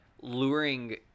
luring